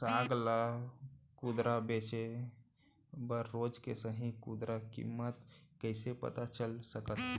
साग ला खुदरा बेचे बर रोज के सही खुदरा किम्मत कइसे पता चल सकत हे?